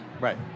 Right